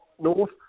North